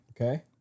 Okay